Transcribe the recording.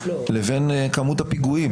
לבין כמות הפיגועים,